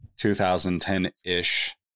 2010-ish